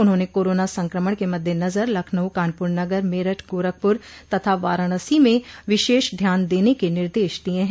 उन्होंने कोरोना संकमण के मददेनजर लखनऊ कानपुर नगर मेरठ गोरखपुर तथा वाराणसी में विशेष ध्यान देने के निर्देश दिये हैं